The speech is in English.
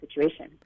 situation